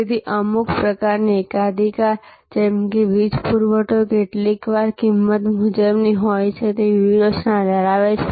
તેથી અમુક પ્રકારની એકાધિકાર જેમ કે વીજ પુરવઠો કેટલીકવાર કિંમત મુજબની હોય તેવી વ્યૂહરચના ધરાવે છે